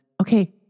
okay